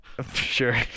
Sure